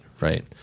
right